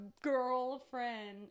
girlfriend